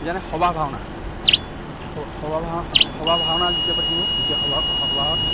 যেনে সভা ভাওনা সভা ভাওনা সভা ভাওনা যেতিয়া পাতিব তেতিয়া সভা সভাহত